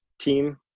team